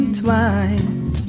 twice